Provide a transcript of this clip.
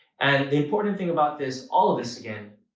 and the important thing about this all. of this, again,